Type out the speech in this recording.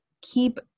keep